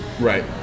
Right